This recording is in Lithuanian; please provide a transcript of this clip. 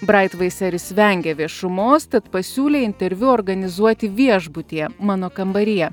braitvaiseris vengė viešumos tad pasiūlė interviu organizuoti viešbutyje mano kambaryje